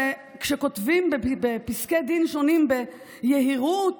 וכשכותבים בפסקי דין שונים ביהירות